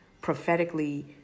prophetically